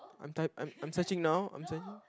I'm type I'm I'm searching now I'm searching